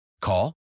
Call